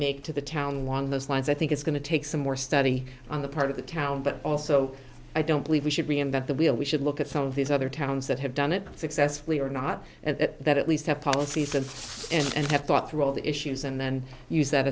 make to the town one of those lines i think it's going to take some more study on the part of the town but also i don't believe we should reinvent the wheel we should look at some of these other towns that have done it successfully or not and that at least have policies and and have thought through all of the issues and then use that